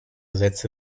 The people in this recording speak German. setzte